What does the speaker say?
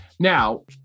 Now